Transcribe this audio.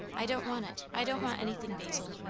i don't want it. i don't want anything, basil.